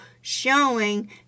showing